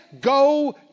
Go